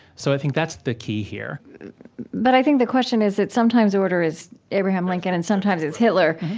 so i think that's the key here but i think the question is that sometimes order is abraham lincoln, and sometimes it's hitler.